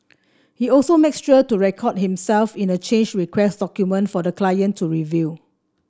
he also makes sure to record himself in a change request document for the client to review